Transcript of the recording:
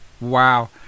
Wow